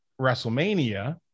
wrestlemania